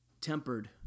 tempered